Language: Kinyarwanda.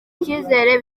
icyizere